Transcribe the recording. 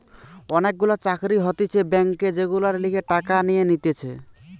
অনেক গুলা চাকরি হতিছে ব্যাংকে যেগুলার লিগে টাকা নিয়ে নিতেছে